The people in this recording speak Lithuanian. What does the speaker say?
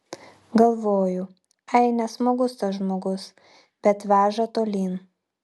galvoju ai nesmagus tas žmogus bet veža tolyn